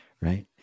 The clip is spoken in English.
right